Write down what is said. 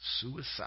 suicide